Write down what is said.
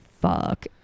fuck